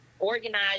organize